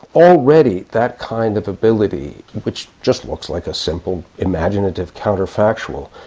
already that kind of ability, which just looks like a simple imaginative counterfactual,